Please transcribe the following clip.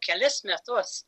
kelis metus